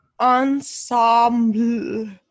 ensemble